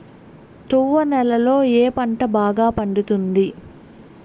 తువ్వ నేలలో ఏ పంట బాగా పండుతుంది?